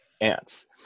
ants